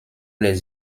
les